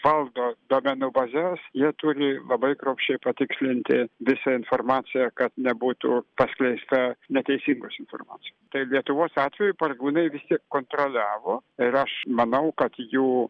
valdo duomenų bazes jie turi labai kruopščiai patikslinti visą informaciją kad nebūtų paskleista neteisingos informacijos tai lietuvos atveju pareigūnai vis tiek kontroliavo ir aš manau kad jų